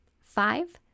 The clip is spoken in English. Five